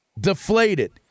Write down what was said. deflated